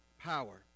power